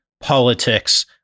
politics